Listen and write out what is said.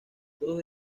todos